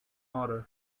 order